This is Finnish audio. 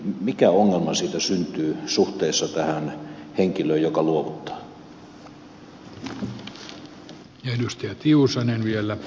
mikä ongelma siitä syntyy suhteessa tähän henkilöön joka luovuttaa